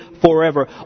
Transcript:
forever